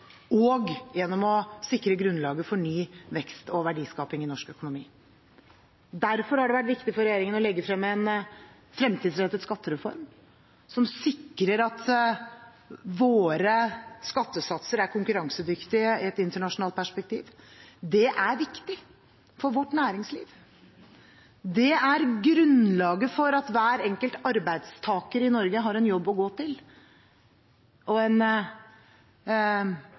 og gjennom å sikre grunnlaget for ny vekst og verdiskaping i norsk økonomi. Derfor har det vært viktig for regjeringen å legge frem en fremtidsrettet skattereform, som sikrer at våre skattesatser er konkurransedyktige i et internasjonalt perspektiv. Det er viktig for vårt næringsliv. Det er grunnlaget for at hver enkelt arbeidstaker i Norge har en jobb å gå til og en